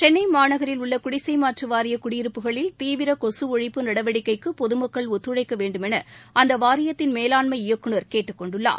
சென்னை மாநகரில் உள்ள குடிசைமாற்று வாரிய குடியிருப்புகளில் தீவிர கொசு ஒழிப்பு நடவடிக்கைக்கு பொதுமக்கள் ஒத்துழைக்க வேண்டுமென அந்த வாரியத்தின் மேலாண்மை இயக்குநர் கேட்டுக் கொண்டுள்ளார்